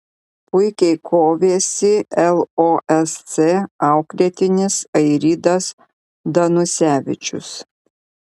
puikiai kovėsi losc auklėtinis airidas danusevičius